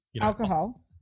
alcohol